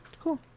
Cool